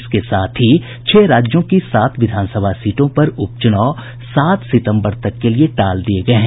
इसके साथ ही छह राज्यों की सात विधानसभा सीटों पर उप चूनाव सात सितम्बर तक के लिये टाल दिये गये हैं